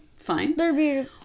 fine